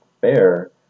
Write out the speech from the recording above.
fair